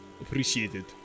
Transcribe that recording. appreciated